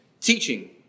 Teaching